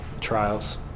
trials